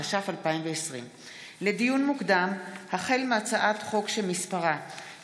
התש"ף 2020. לדיון מוקדם החל בהצעת חוק פ/1672/23